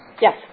Yes